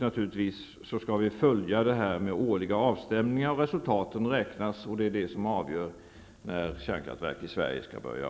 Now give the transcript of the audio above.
Naturligtvis skall det ske årliga avstämningar av resultaten, och det är det som skall avgöra när avvecklingen av kärnkraftverk i Sverige skall påbörjas.